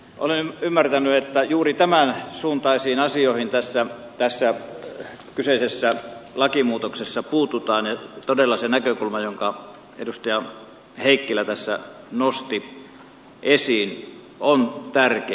olen ymmärtänyt että juuri tämänsuuntaisiin asioihin tässä kyseisessä lakimuutoksessa puututaan ja todella se näkökulma jonka edustaja heikkilä tässä nosti esiin on tärkeä